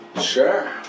Sure